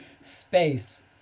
space